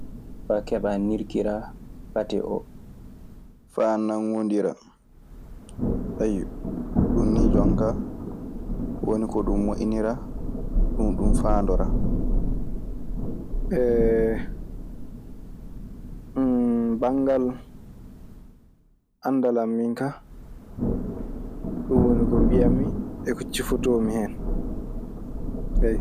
Faa loonna kaddule faa laaɓa faa nanngondira. ɗun nii jon kaa woni ko ɗun moƴƴiniraa. Ɗun ɗun faandoraa. Banngal anndal an min ka, ɗun woni ko mbiyammi e ko cifotoomi hen. Ayyo.